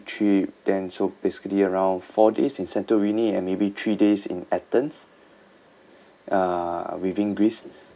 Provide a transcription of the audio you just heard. trip then so basically around four days in santorini and maybe three days in athens uh within greece